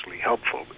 helpful